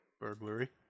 Burglary